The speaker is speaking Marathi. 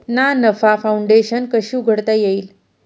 ना नफा फाउंडेशन कशी उघडता येईल?